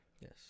Yes